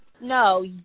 No